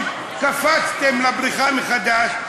שקפצתם לבריכה מחדש,